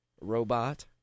Robot